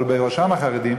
אבל בראשם החרדים,